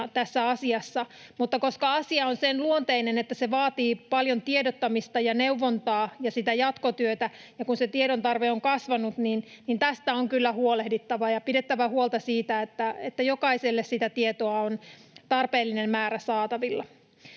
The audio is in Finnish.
tässä asiassa. Mutta koska asia on sen luonteinen, että se vaatii paljon tiedottamista ja neuvontaa ja sitä jatkotyötä, ja koska se tiedon tarve on kasvanut, niin siitä on kyllä huolehdittava, että jokaisella sitä tietoa on tarpeellinen määrä saatavilla.